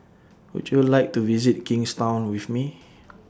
Would YOU like to visit Kingstown with Me